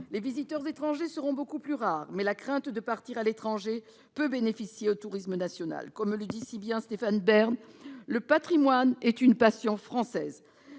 Les visiteurs étrangers seront beaucoup plus rares, mais la crainte de partir à l'étranger peut bénéficier au tourisme national. Comme le dit si bien Stéphane Bern, « le patrimoine est une passion française